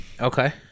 Okay